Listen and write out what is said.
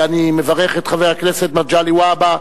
אני מברך את חבר הכנסת מגלי והבה,